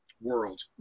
world